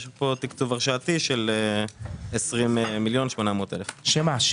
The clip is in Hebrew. יש פה תקצוב הרשאתי של 20.8 מיליון ש"ח.